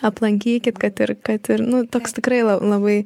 aplankykit kad ir kad ir nu toks tikrai la labai